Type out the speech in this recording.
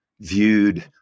viewed